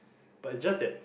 but it's just that